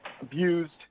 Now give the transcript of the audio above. abused